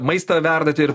maistą verdate ir